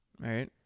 Right